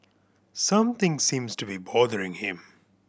something seems to be bothering him